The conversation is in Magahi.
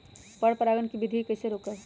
पर परागण केबिधी कईसे रोकब?